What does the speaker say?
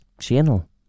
channel